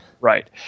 Right